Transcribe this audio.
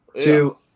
Two